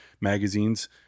magazines